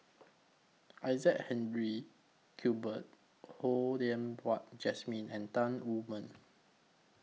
Isaac Henry cuber Ho Yen Wah Jesmine and Tan Wu Meng